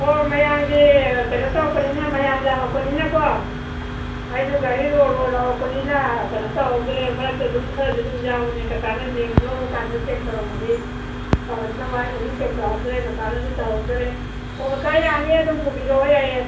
ꯍꯣꯏ ꯃꯌꯥꯝꯒꯤ ꯀꯩꯅꯣ ꯇꯧꯔꯛꯄꯅꯤꯅ ꯃꯌꯥꯝ ꯌꯥꯝꯂꯛꯄꯅꯤꯅꯀꯣ ꯑꯩꯁꯨ ꯒꯥꯔꯤ ꯂꯣꯗ ꯂꯣꯗ ꯂꯧꯔꯛꯄꯅꯤꯅ ꯀꯩꯅꯣ ꯇꯧꯍꯧꯗ꯭ꯔꯦ ꯃꯔꯛꯇ ꯑꯗꯨꯝ ꯈꯔꯗꯤ ꯑꯗꯨꯝ ꯌꯥꯎꯕꯅꯤ ꯀꯀꯥꯅ ꯂꯧꯕ ꯀꯥꯟꯗ ꯆꯦꯛ ꯇꯧꯔꯝꯂꯗꯤ ꯐꯒꯗꯧꯕ ꯑꯩꯅꯁꯨ ꯆꯦꯛ ꯇꯧꯍꯧꯗ꯭ꯔꯦ ꯀꯀꯥꯅꯁꯨ ꯇꯧꯍꯧꯗ꯭ꯔꯦ ꯑꯣ ꯀꯀꯥ ꯌꯥꯅꯤ ꯑꯗꯨꯝ ꯄꯨꯕꯤꯔꯛꯑꯣ ꯌꯥꯏꯌꯦ